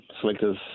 Selectors